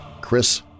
Chris